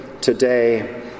today